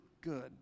good